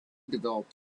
developed